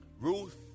Ruth